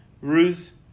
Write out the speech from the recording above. Ruth